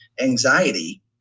anxiety